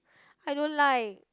I don't like